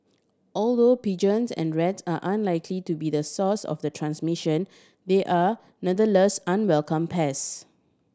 although pigeons and rats are unlikely to be the source of the transmission they are nonetheless unwelcome pests